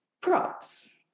props